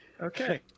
okay